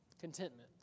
Contentment